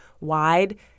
wide